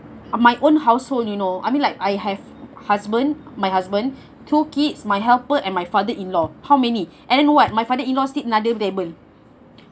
uh my own household you know I mean like I have husband my husband two kids my helper and my father-in-law how many and then what my father sit another table